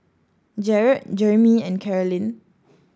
Jarrett Jermey and Carolyn